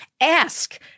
ask